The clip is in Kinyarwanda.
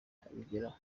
abigeraho